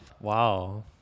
Wow